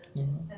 ya